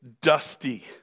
dusty